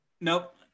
Nope